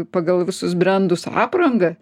pagal visus brendus aprangą